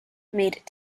made